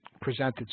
presented